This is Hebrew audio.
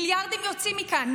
מיליארדים יוצאים מכאן,